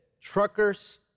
truckers